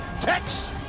Tex